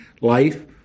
life